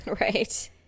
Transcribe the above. Right